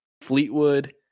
Fleetwood